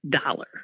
dollar